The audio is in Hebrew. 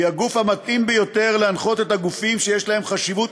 היא הגוף המתאים ביותר להנחות את הגופים שיש להם חשיבות